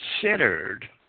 considered